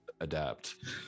adapt